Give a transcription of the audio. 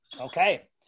Okay